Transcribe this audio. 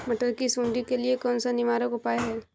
मटर की सुंडी के लिए कौन सा निवारक उपाय है?